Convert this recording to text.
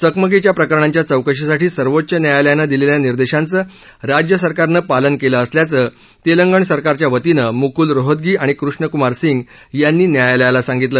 चकमकीच्या प्रकरणांच्या चौकशीसाठी सर्वोच्च न्यायालयानं दिलेल्या निर्देशाचं राज्य सरकारनं पालन केलं असल्याचं तेलंगण सरकारच्या वतीनं मुकल रोहतगी आणि कष्णक्मार सिंग यांनी न्यायालयाला सांगितलं